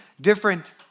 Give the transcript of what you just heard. different